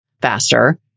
faster